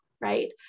right